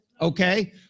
Okay